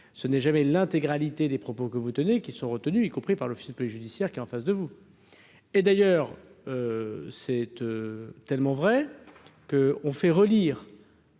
ce n'est jamais l'intégralité des propos que vous tenez qui sont retenus, y compris par l'officier de police judiciaire qui est en face de vous, et d'ailleurs, c'est tellement vrai que on fait relire.